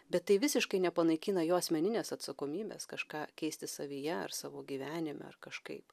bet tai visiškai nepanaikina jo asmeninės atsakomybės kažką keisti savyje ar savo gyvenime ar kažkaip